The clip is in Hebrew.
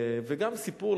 וגם סיפור,